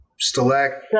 Stalact